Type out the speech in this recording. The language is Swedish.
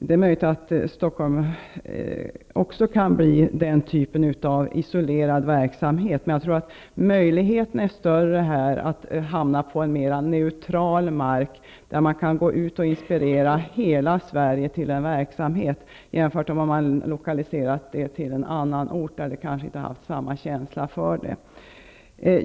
Det är möjligt att den typen av isolerad verksamhet också kan förekomma i Stockholm, men jag tror att möjligheterna att hamna på en mer neutral mark där man kan inspirera hela Sverige till en verksamhet är större i Stockholm än om man lokaliserar det till en annan ort där inte denna känsla finns.